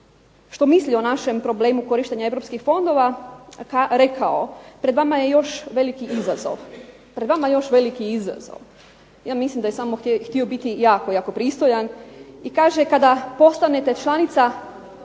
što misli o našem problemu korištenja europskih fondova rekao: "Pred vama je još veliki izazov." Ja mislim da je samo htio biti jako, jako pristojan. I kaže: "Kada postanete članica